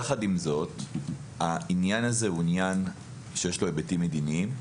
עם זאת, לעניין הזה יש היבטים מדיניים.